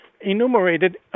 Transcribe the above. enumerated